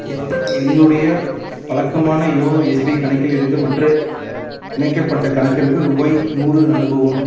என்னுடைய வழக்கமான YONO SBI கணக்கிலிருந்து மற்ற இணைக்கப்பட்ட கணக்கிற்கு ரூபாய் நூறு அனுப்பவும்